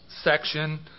section